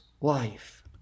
life